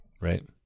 Right